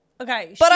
Okay